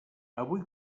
avui